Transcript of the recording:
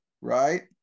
right